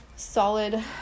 Solid